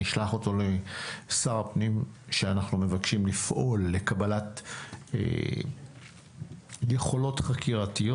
נשלח אותו לשר הפנים שאנחנו מבקשים לפעול לקבלת יכולות חקירה.